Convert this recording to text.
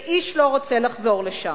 ואיש לא רוצה לחזור לשם.